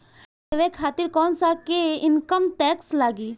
Loan लेवे खातिर कै साल के इनकम टैक्स लागी?